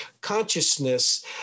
consciousness